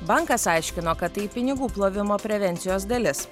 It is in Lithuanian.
bankas aiškino kad tai pinigų plovimo prevencijos dalis